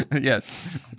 Yes